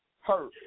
hurt